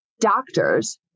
Doctors